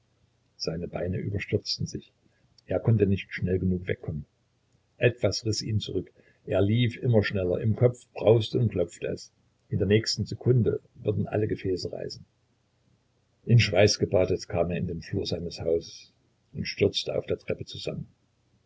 seine beine überstürzten sich er konnte nicht schnell genug wegkommen etwas riß ihn zurück er lief immer schneller im kopfe brauste und klopfte es in nächster sekunde würden alle gefäße reißen in schweiß gebadet kam er in den flur seines hauses und stürzte auf der treppe zusammen